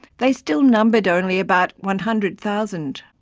they still numbered only about one hundred thousand.